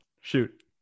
shoot